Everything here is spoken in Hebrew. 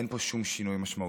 אין פה שום שינוי משמעותי.